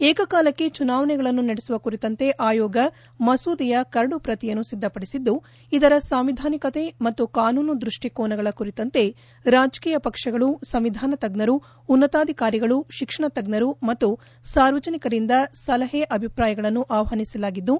ಏಕಕಾಲಕ್ಕೆ ಚುನಾವಣೆಗಳನ್ನು ನಡೆಸುವ ಕುರಿತಂತೆ ಆಯೋಗ ಮಸೂದೆಯ ಕರಡು ಪ್ರತಿಯನ್ನು ಸಿದ್ದಪಡಿಸಿದ್ದು ಇದರ ಸಾಂವಿಧಾನಿಕತೆ ಮತ್ತು ಕಾನೂನು ದೃಷ್ಷಿಕೋನಗಳ ಕುರಿತಂತೆ ರಾಜಕೀಯ ಪಕ್ಷಗಳು ಸಂವಿಧಾನ ತಜ್ಜರು ಉನ್ನತಾಧಿಕಾರಿಗಳು ಶಿಕ್ಷಣ ತಜ್ಜರು ಮತ್ತು ಸಾರ್ವಜನಿಕರಿಂದ ಸಲಹೆ ಮತ್ತು ಅಭಿಪ್ರಾಯಗಳನ್ನು ಆಷ್ವಾನಿಸಲಾಗಿದ್ದು